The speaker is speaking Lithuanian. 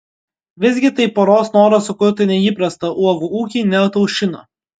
visgi tai poros noro sukurti neįprastą uogų ūkį neataušino